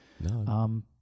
No